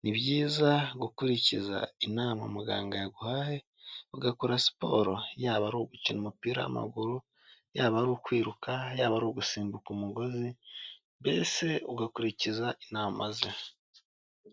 Ni byiza gukurikiza inama muganga yaguhaye ugakora siporo yaba ari ugukina umupira w'amaguru yaba ari ukwiruka, yaba ari ugusimbuka umugozi mbese ugakurikiza inama ze.